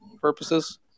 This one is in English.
purposes